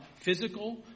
physical